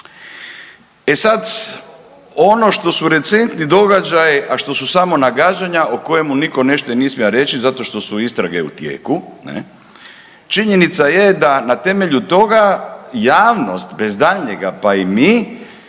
E sad, ono što su recentni događaji, a što su samo nagađanja o kojemu niko ništa nije smio reći zato što su istrage u tijelu. Činjenica je da na temelju toga javnost bez daljnjega, pa i mi,